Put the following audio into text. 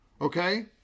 Okay